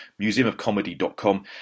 museumofcomedy.com